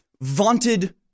vaunted